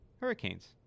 hurricanes